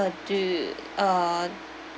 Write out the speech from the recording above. uh do uh